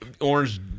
orange